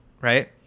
right